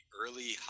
early